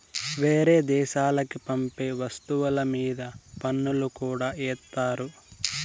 వేరే దేశాలకి పంపే వస్తువుల మీద పన్నులు కూడా ఏత్తారు